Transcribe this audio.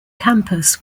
campus